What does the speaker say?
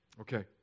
Okay